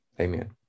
amen